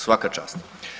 Svaka čast!